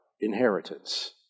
inheritance